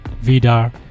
Vidar